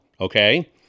okay